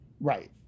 right